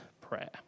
prayer